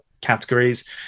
categories